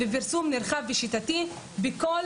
ופרסום נרחב ושיטתי בכל